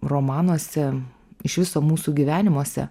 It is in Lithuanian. romanuose iš viso mūsų gyvenimuose